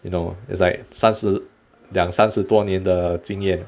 you know it's like 三十两三十多年的经验